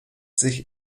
sich